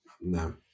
no